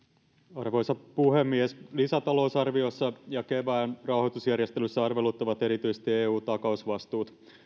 arvoisa puhemies lisätalousarviossa ja kevään rahoitusjärjestelyissä arveluttavat erityisesti eu takausvastuut